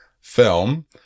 film